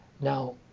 Now